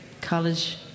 college